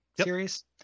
series